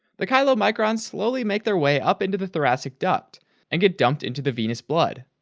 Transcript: the chylomicrons slowly make their way up into the thoracic duct and get dumped into the venous blood.